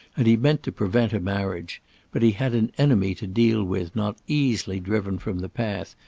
and he meant to prevent a marriage but he had an enemy to deal with not easily driven from the path,